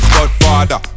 Godfather